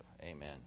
amen